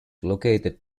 located